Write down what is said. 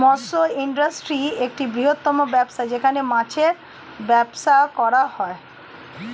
মৎস্য ইন্ডাস্ট্রি একটা বৃহত্তম ব্যবসা যেখানে মাছের ব্যবসা করা হয়